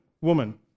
woman